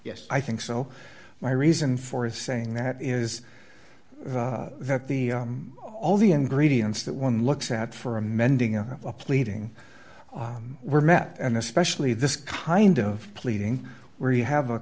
yes i think so my reason for saying that is that the all the ingredients that one looks at for amending or a pleading were met and especially this kind of pleading where you have a